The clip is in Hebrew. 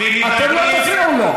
אתם לא תפריעו לו.